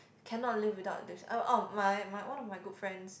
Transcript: cannot live without lipstick I'll I'll my my one of my good friends